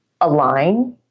align